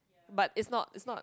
but is not is not